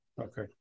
okay